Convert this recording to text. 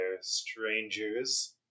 strangers